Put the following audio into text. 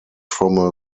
from